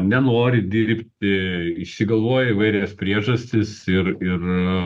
nenori dirbti išsigalvoja įvairias priežastis ir ir